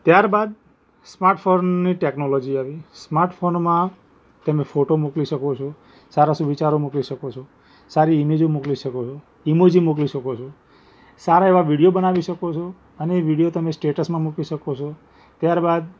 ત્યાર બાદ સ્માર્ટ ફોનની ટૅક્નોલોજી આવી સ્માર્ટ ફોનમાં તમે ફોટો મૂકી શકો છો સારા સુવિચારો મોકલી શકો છો સારી ઈમેજો મોકલી શકો છો ઈમેજો મૂકી શકો છો સારા એવાં વિડીઓ બનાવી શકો છો અને એ વિડીઓ તમે સ્ટેટસમાં મૂકી શકો છો ત્યાર બાદ